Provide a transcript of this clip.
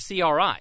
CRI